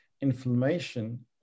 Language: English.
inflammation